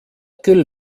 küll